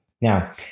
Now